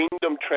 Kingdom